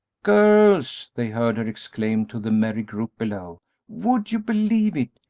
girls! they heard her exclaim to the merry group below would you believe it?